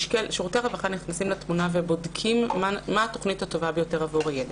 שירותי הרווחה נכנסים לתמונה ובודקים מה התוכנית הטובה ביותר עבור הילד.